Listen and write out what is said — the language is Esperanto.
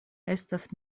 estas